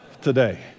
today